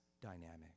dynamic